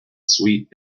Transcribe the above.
sweet